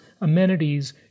amenities